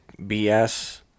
BS